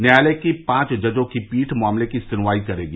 न्यायालय की पांच जजों की पीठ मामले की सुनवाई करेगी